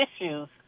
issues